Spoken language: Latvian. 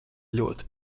ļoti